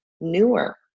newer